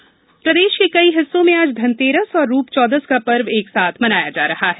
धनतेरस रूपचौदस प्रदेश के कई हिस्सों में आज धनतेरस और रूपचौदस का पर्व एकसाथ मनाया जा रहा है